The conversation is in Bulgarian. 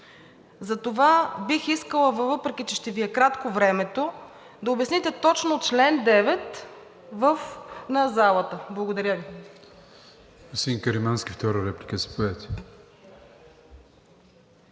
Затова бих искала, въпреки че ще Ви е кратко времето, да обясните точно чл. 9 на залата. Благодаря Ви.